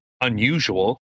unusual